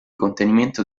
contenimento